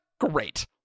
great